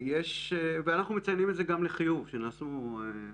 אנחנו מציינים גם לחיוב את זה שנעשו עבודות.